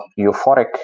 euphoric